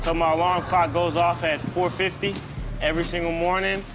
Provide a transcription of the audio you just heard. so my alarm clock goes off at four fifty every single morning.